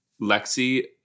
Lexi